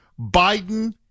Biden